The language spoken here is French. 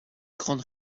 grande